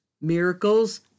Miracles